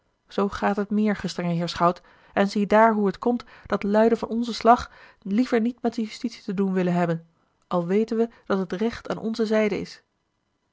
zoo gaat het meer gestrenge heer schout en ziedaar hoe het komt dat luiden van ons slag liever niet met de justitie te doen willen hebben al weten we dat het recht aan onze zijde is